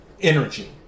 energy